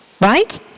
Right